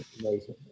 amazing